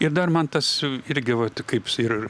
ir dar man tas irgi vat kaip ir